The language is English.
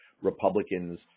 Republicans